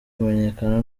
kumenyekana